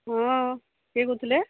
ହଁ କିଏ କହୁଥିଲେ